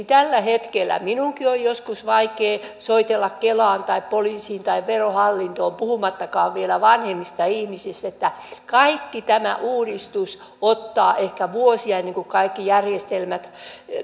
tällä hetkellä minunkin on joskus vaikea soitella esimerkiksi kelaan tai poliisiin tai verohallintoon puhumattakaan vielä vanhemmista ihmisistä tämä uudistus ottaa ehkä vuosia ennen kuin kaikki järjestelmät